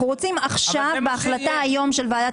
אנחנו רוצים עכשיו בהחלטה היום של ועדת